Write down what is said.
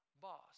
boss